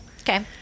okay